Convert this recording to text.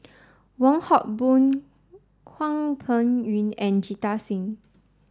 Wong Hock Boon Hwang Peng Yuan and Jita Singh